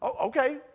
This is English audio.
Okay